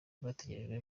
bategerejwe